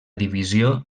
divisió